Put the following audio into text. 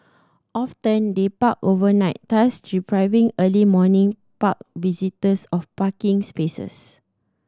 often they park overnight thus depriving early morning park visitors of parking spaces